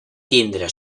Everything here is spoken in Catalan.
tindre